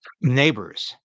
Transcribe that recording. neighbors